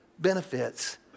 Benefits